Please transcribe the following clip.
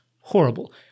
horrible